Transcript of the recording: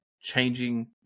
changing